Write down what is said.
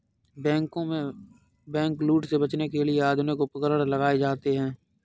बैंकों में बैंकलूट से बचने के लिए आधुनिक उपकरण लगाए जाते हैं